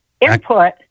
input